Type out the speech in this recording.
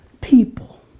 people